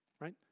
Right